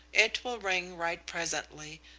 it will ring right presently,